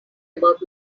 about